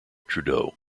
trudeau